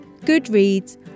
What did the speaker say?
Goodreads